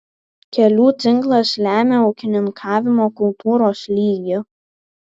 kelių tinklas lemia ūkininkavimo kultūros lygį